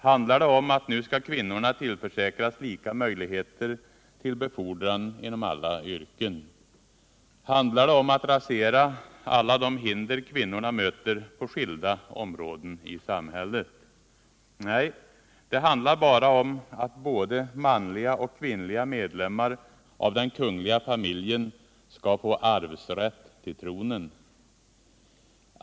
Handlar det om att kvinnorna nu skall tillförsäkras lika möjligheter till befordran inom alla yrken? Handlar det om att rasera alla de hinder kvinnorna möter på skilda områden i samhället? Nej, det handlar bara om att både manliga och kvinnliga medlemmar av den kungliga familjen skall få arvsrätt till tronen.